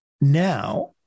Now